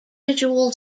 visual